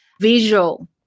Visual